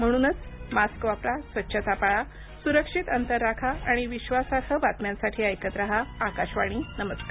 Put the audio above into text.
म्हणूनच मास्क वापरा स्वच्छता पाळा सुरक्षित अंतर राखा आणि विब्बासार्ह बातम्यांसाठी ऐकत राहा आकाशवाणी नमस्कार